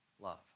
love